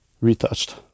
retouched